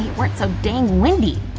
weren't so dang windy!